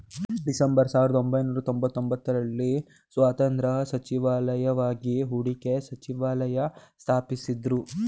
December ಸಾವಿರದಒಂಬೈನೂರ ತೊಂಬತ್ತಒಂಬತ್ತು ರಲ್ಲಿ ಸ್ವತಂತ್ರ ಸಚಿವಾಲಯವಾಗಿ ಹೂಡಿಕೆ ಸಚಿವಾಲಯ ಸ್ಥಾಪಿಸಿದ್ದ್ರು